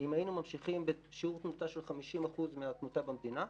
אם היינו ממשיכים בשיעור תמותה של 50% מהתמותה במדינה,